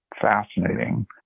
fascinating